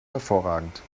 hervorragend